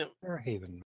Fairhaven